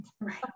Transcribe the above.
Right